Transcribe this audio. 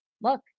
look